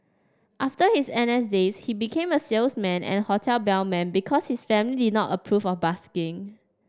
after his N S days he became a salesman and hotel bellman because his family did not approve of busking